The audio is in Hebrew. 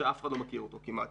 בשכר נמוך